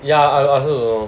ya I I also don't know